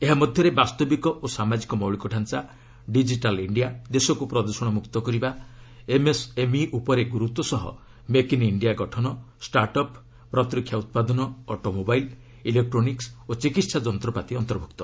ଏହା ମଧ୍ୟରେ ବାସ୍ତବିକ ଓ ସାମାଜିକ ମୌଳିକ ଡାଞ୍ଚା ଡିକିଟାଲ୍ ଇଣ୍ଡିଆ ଦେଶକୁ ପ୍ରଦୃଷଣ ମୁକ୍ତ କରିବା ଏମ୍ଏସ୍ଏମ୍ଇ ଉପରେ ଗୁରୁତ୍ୱ ସହ ମେକ୍ ଇନ୍ ଇଣ୍ଡିଆ ଗଠନ ଷ୍ଟାଟ୍ ଅପ୍ ପ୍ରତିରକ୍ଷା ଉତ୍ପାଦନ ଅଟୋମୋବାଇଲ୍ ଇଲେକ୍ଟ୍ରୋନିକ୍ୱ ଓ ଚିକିହା ଯନ୍ତ୍ରପାତି ଅନ୍ତର୍ଭୁକ୍ତ